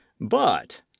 But